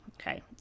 Okay